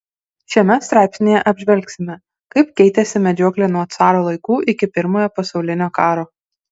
šiame straipsnyje apžvelgsime kaip keitėsi medžioklė nuo caro laikų iki pirmojo pasaulinio karo